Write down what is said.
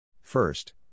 First